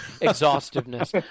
exhaustiveness